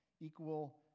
equal